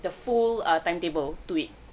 the full uh timetable to it